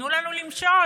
תנו לנו למשול.